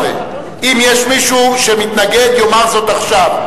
17. אם יש מישהו שמתנגד יאמר זאת עכשיו.